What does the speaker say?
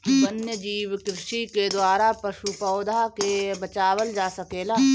वन्यजीव कृषि के द्वारा पशु, पौधा के बचावल जा सकेला